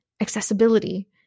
accessibility